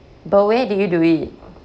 but where did you do it